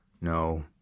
No